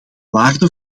waarde